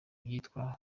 yitwa